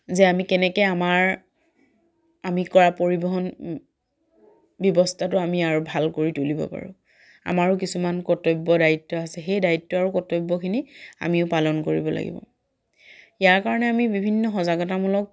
যে আমি কেনেকৈ আমাৰ আমি কৰা পৰিবহণ ব্যৱস্থাতো আমি আৰু ভাল কৰি তুলিব পাৰোঁ আমাৰো কিছুমান কৰ্তব্য দায়িত্ব আছে সেই দায়িত্ব আৰু কৰ্তব্যখিনি আমিও পালন কৰিব লাগিব ইয়াৰ কাৰণে আমি বিভিন্ন সজাগতামূলক